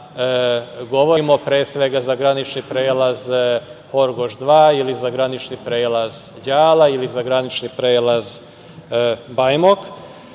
govorimo, pre svega za granični prelaz Horgoš 2 ili za granični prelaz Đala ili za granični prelaz Bajmok.Za